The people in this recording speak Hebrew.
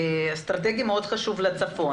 אסטרטגי מאוד חשוב לצפון,